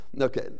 Okay